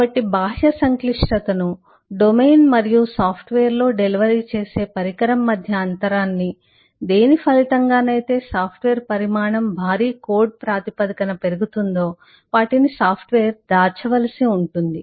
కాబట్టి బాహ్య సంక్లిష్టతను డొమైన్ మరియు సాఫ్ట్వేర్లో డెలివరీ చేసే పరికరం మధ్య అంతరాన్ని దేని ఫలితంగానయితే సాఫ్ట్వేర్ పరిమాణం భారీ కోడ్ ప్రాతిపదికన పెరుగుతుందో వాటినిసాఫ్ట్వేర్ దాచవలసి ఉంటుంది